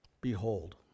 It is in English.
behold